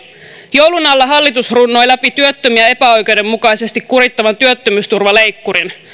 joulun alla hallitus runnoi läpi työttömiä epäoikeudenmukaisesti kurittavan työttömyysturvaleikkurin